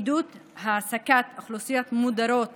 עידוד העסקת אוכלוסיות מודרות